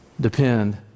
Depend